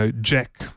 Jack